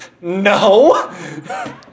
No